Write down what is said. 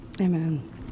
Amen